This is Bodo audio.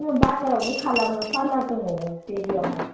आङो बाजारावनो खालामो पार्लार दङ गंसे बेयावहाय